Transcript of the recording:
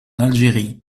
algérie